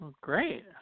Great